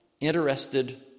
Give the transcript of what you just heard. interested